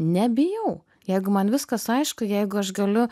nebijau jeigu man viskas aišku jeigu aš galiu